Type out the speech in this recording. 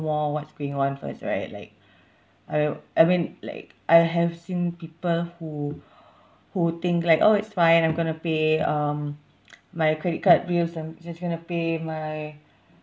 more what's going on first right like I I mean like I have seen people who who think like oh it's fine I'm going to pay um my credit card bills I'm just going to pay my